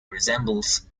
resembles